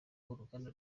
uruganda